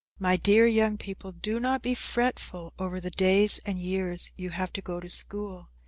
my dear young people, do not be fretful over the days and years you have to go to school.